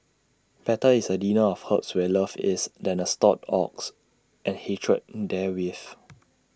better is A dinner of herbs where love is than A stalled ox and hatred therewith